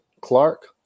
Clark